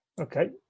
Okay